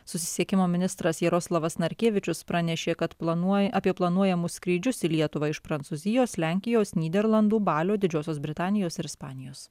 susisiekimo ministras jaroslavas narkevičius pranešė kad planuoja apie planuojamus skrydžius į lietuvą iš prancūzijos lenkijos nyderlandų balio didžiosios britanijos ir ispanijos